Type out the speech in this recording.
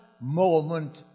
moment